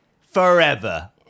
forever